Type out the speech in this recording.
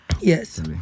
yes